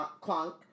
clunk